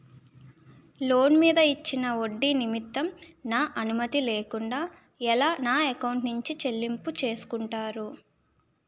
Loan మీద ఇచ్చిన ఒడ్డి నిమిత్తం నా అనుమతి లేకుండా ఎలా నా ఎకౌంట్ నుంచి చెల్లింపు చేసుకుంటారు?